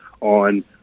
on